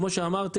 כמו שנאמר,